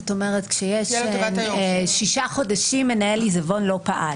למשל כשיש מנהל עיזבון שלא פעל